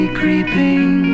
creeping